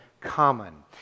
common